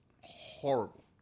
Horrible